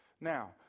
Now